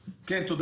נתונים.